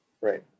Right